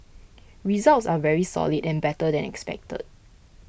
results are very solid and better than expected